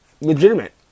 legitimate